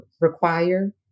require